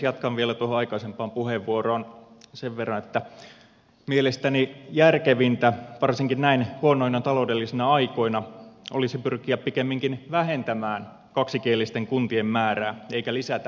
jatkan vielä tuohon aikaisempaan puheenvuoroon sen verran että mielestäni järkevintä varsinkin näin huonoina taloudellisina aikoina olisi pyrkiä pikemminkin vähentämään kaksikielisten kuntien määrää eikä lisätä niitä